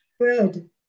good